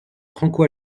franco